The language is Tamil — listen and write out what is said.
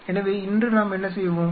எனவே இன்று நாம் என்ன செய்வோம்